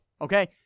okay